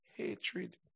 hatred